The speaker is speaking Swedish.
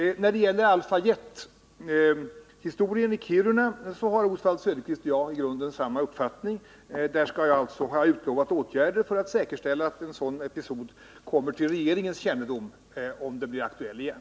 När det gäller Alpha-Jet-historien i Kiruna har Oswald Söderqvist och jag i grund och botten samma uppfattning. Jag har därvidlag utlovat åtgärder för att en sådan episod skall komma till regeringens kännedom, om den blir aktuell igen.